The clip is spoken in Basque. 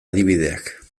adibideak